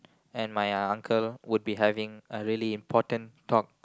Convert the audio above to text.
and my uncle would be having a really important talk